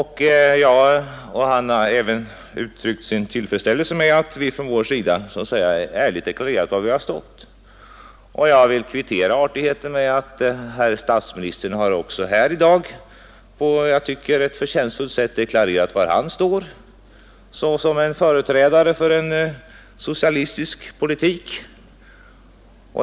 Han har även uttryckt sin tillfredsställelse med att vi ärligt deklarerat var vi har stått. Jag vill kvittera artigheten med att herr statsministern också här i dag på ett som jag tycker förtjänstfullt sätt har deklarerat var han står såsom företrädare för en socialistisk politik.